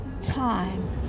time